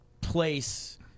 place